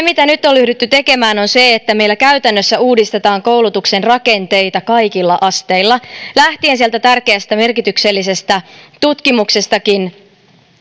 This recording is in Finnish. mitä nyt on ryhdytty tekemään on se että meillä käytännössä uudistetaan koulutuksen rakenteita kaikilla asteilla lähtien sieltä tärkeästä merkityksellisestä tutkimuksestakin